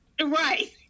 Right